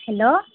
hello